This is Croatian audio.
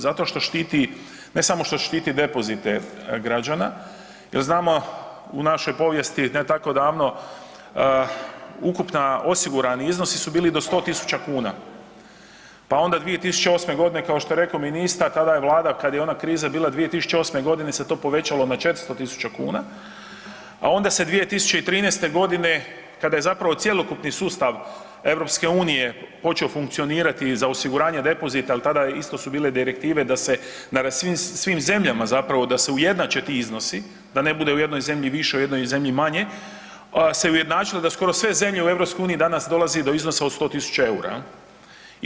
Zato što štiti, ne samo što štiti depozite građana jel znamo u našoj povijesti ne tako davno ukupna, osigurani iznosi su bili do 100.000 kuna, pa onda 2008.g., kao što je rekao ministar, tada je vlada kad je ona kriza bila 2008.g. se to povećalo na 400.000 kuna, a onda se 2013.g. kada je zapravo cjelokupni sustav EU počeo funkcionirati za osiguranje depozita jel tada isto su bile direktive da se na svim, svim zemljama zapravo da se ujednače ti iznosi, da ne bude u jednoj zemlji više, u jednoj zemlji manje, se ujednačilo da skoro sve zemlje u EU danas dolazi do iznosa od 100.000 EUR-a jel.